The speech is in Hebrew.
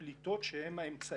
שתיים-שלוש נקודות, ברשותכם.